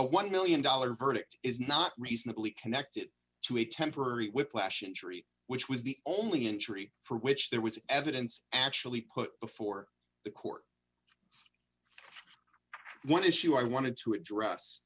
a one million dollars verdict is not reasonably connected to a temporary whiplash injury which was the only injury for which there was evidence actually put before the court one issue i wanted to address